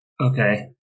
Okay